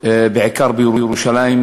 בעיקר בירושלים,